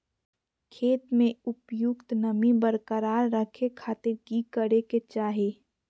खेत में उपयुक्त नमी बरकरार रखे खातिर की करे के चाही?